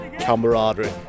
camaraderie